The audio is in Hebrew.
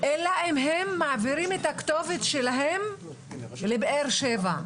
אלא אם הם מעבירים את הכתובת שלהם לבאר שבע,